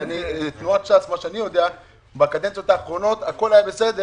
תנועת ש"ס בקדנציות האחרונות - הכול היה בסדר.